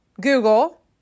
Google